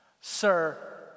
Sir